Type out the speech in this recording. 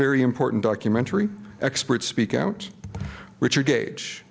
very important documentary expert speak out richard gage